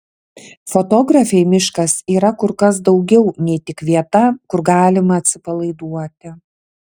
fotografei miškas yra kur kas daugiau nei tik vieta kur galima atsipalaiduoti